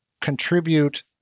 contribute